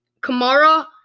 Kamara